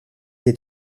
est